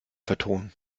vertonen